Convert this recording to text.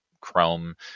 chrome